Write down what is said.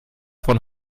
von